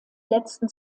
letzten